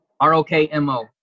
R-O-K-M-O